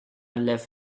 lev